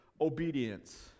obedience